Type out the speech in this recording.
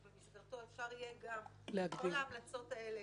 שבמסגרתו אפשר יהיה לתגבר את כל ההמלצות האלה,